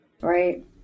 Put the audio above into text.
Right